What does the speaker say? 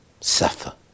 Suffer